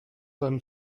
dann